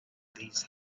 these